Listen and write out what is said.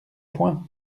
point